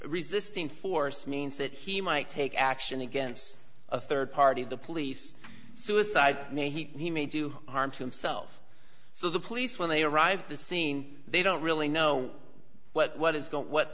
resisting force means that he might take action against a rd party the police suicide may he may do harm to himself so the police when they arrive at the scene they don't really know what is going to what